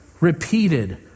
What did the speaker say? repeated